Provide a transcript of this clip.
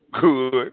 Good